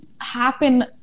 happen